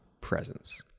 presence